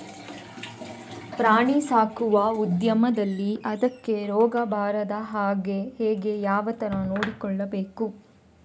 ಪ್ರಾಣಿ ಸಾಕುವ ಉದ್ಯಮದಲ್ಲಿ ಅದಕ್ಕೆ ರೋಗ ಬಾರದ ಹಾಗೆ ಹೇಗೆ ಯಾವ ತರ ನೋಡಿಕೊಳ್ಳಬೇಕು?